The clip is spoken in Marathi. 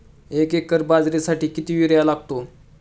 एक एकर बाजरीसाठी किती युरिया लागतो?